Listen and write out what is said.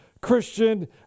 Christian